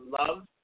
love